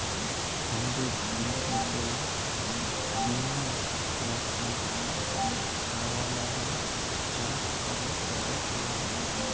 হামাদের জমিতে অনেইক রাখাল ছাওয়ালরা চাষ করে ফসল ফলাং